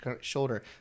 shoulder